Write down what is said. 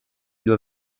doit